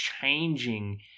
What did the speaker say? changing